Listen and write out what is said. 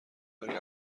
برای